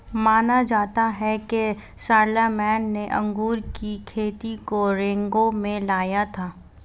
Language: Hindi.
माना जाता है कि शारलेमेन ने अंगूर की खेती को रिंगौ में लाया था